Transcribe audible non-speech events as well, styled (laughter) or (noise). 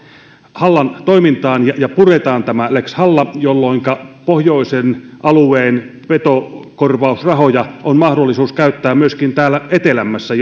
hallan toimintaan ja puretaan tämä lex halla jolloinka pohjoisen alueen petokorvausrahoja on mahdollisuus käyttää myöskin täällä etelämmässä (unintelligible)